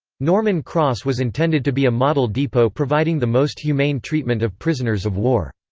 norman cross was intended to be a model depot providing the most humane treatment of prisoners of war.